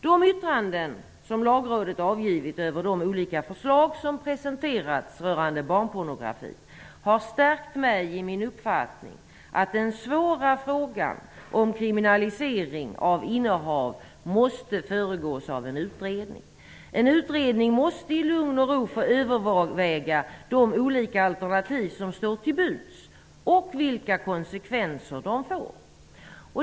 De yttranden som Lagrådet avgivit över de olika förslag som presenterats rörande barnpornografi har stärkt mig i min uppfattning att den svåra frågan om kriminalisering av innehav måste föregås av en utredning. En utredning måste i lugn och ro få överväga de olika alternativ som står till buds och vilka konsekvenser de får.